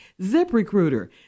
ZipRecruiter